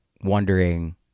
Wondering